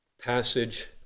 passage